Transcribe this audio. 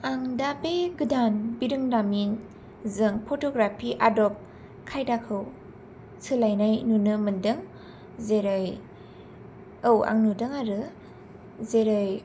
आं दा बे गोदान बिरोंदामिनजों फट'ग्राफि आदब खायदाखौ सोलायनाय नुनो मोनदों जेरै औ आं नुदों आरो जेरै